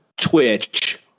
Twitch